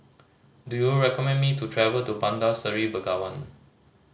do you recommend me to travel to Bandar Seri Begawan